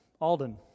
Alden